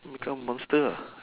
then become monster lah